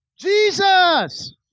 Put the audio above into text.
Jesus